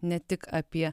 ne tik apie